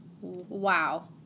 Wow